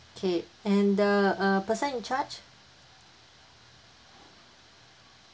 K and the uh person in charge